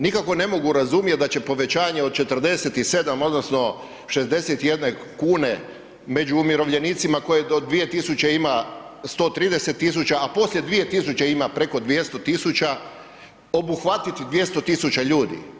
Nikako ne mogu razumjet da će povećanje od 47 odnosno 61 kn među umirovljenicima koji do 2000 ima 130 000 a poslije 2000 ima preko 200 000, obuhvatit 200 000 ljudi.